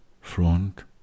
front